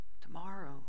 Tomorrow